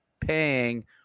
paying